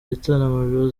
gitaramo